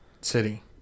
city